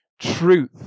truth